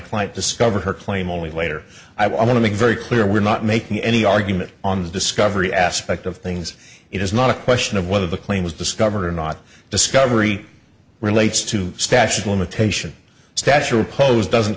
client discovered her claim only later i want to make very clear we're not making any argument on the discovery aspect of things it is not a question of whether the claim was discovered or not discovery relates to stash limitation stachel pose doesn't